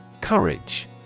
Courage